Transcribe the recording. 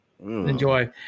enjoy